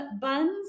buns